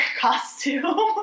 costume